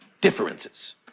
Differences